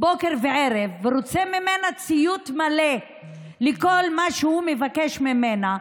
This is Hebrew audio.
בוקר וערב ורוצה ממנה ציות מלא לכל מה שהוא מבקש ממנה,